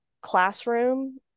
classroom